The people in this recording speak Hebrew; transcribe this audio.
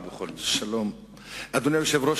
אדוני היושב-ראש,